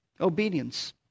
Obedience